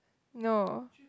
no